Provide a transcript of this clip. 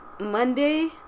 Monday